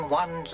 one